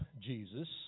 Jesus